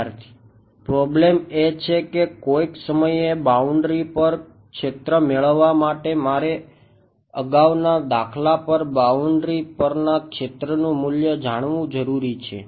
વિદ્યાર્થી પ્રોબ્લેમ એ છે કે કોઈક સમયે બાઉન્ડ્રી પરના ક્ષેત્રનું મૂલ્ય જાણવું જરૂરી છે